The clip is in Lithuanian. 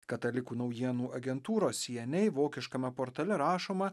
katalikų naujienų agentūros sy en ei vokiškame portale rašoma